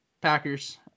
Packers